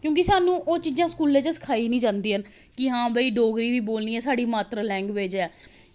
क्योंकि सानूं ओह् चीजां स्कूलें च सखाई निं जंदियां न कि आं भाई डोगरी बी बोलनी ऐ साढ़ी मात्तर लैंग्वेज ऐ